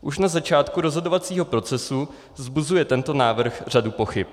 Už na začátku rozhodovacího procesu vzbuzuje tento návrh řadu pochyb.